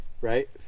right